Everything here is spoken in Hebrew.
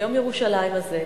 ביום ירושלים הזה,